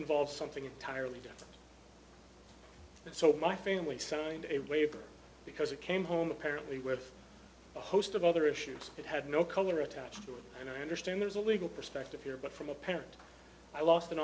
involves something entirely different so my family signed a waiver because it came home apparently with a host of other issues that had no color attached to it and i understand there's a legal perspective here but from a parent i lost an